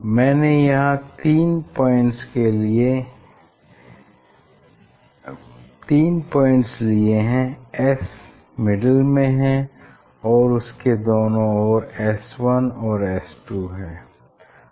मैंने यहाँ तीन पॉइंट्स लिए हैं S मिडिल में है और इसके दोनों ओर S1 और S2 हैं